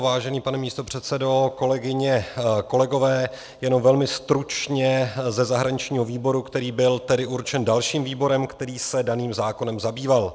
Vážený pane místopředsedo, kolegyně, kolegové, jenom velmi stručně ze zahraničního výboru, který byl tedy určen dalším výborem, který se daným zákonem zabýval.